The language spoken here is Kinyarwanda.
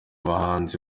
bahanzi